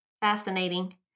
Fascinating